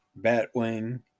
Batwing